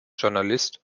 journalist